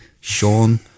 Sean